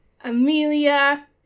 Amelia